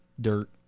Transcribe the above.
dirt